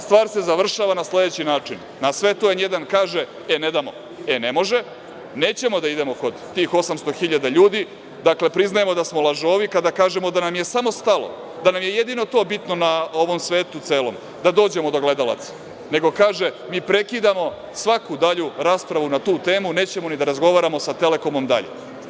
Stvar se završava na sledeći način, na sve to „N1“ kaže – e, ne damo, e, ne može, nećemo da idemo kod tih 800.000 ljudi, dakle, priznajemo da smo lažovi kada kažemo da nam je samo stalo, da nam je jedino to samo bitno na ovom svetu celom, da dođemo do gledalaca, nego kaže, mi prekidamo svaku dalju raspravu na tu temu nećemo ni da razgovaramo sa „Telekomom“ dalje.